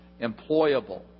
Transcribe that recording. employable